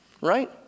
right